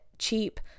cheap